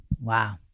wow